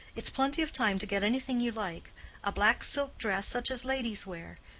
it's plenty of time to get anything you like a black silk dress such as ladies wear.